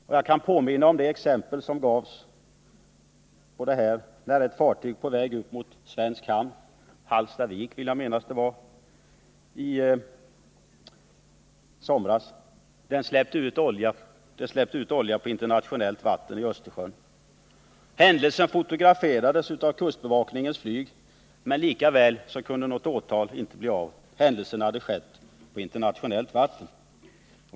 Jag kan också påminna om det exempel som gavs i somras, när ett fartyg på väg upp mot svensk hamn — Hallstavik vill jag minnas att det var — släppte ut olja på internationellt vatten i Östersjön. Händelsen fotograferades av vårt kustbevakningsflyg, men likväl kunde något åtal inte göras — det hade skett på internationellt vatten.